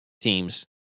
teams